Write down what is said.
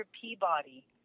peabody